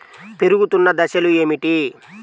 పెరుగుతున్న దశలు ఏమిటి?